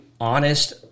honest